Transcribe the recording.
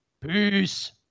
Peace